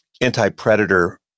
anti-predator